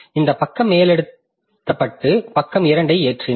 இந்த பக்கம் மேலெழுதப்பட்டு பக்கம் 2 ஐ ஏற்றினேன்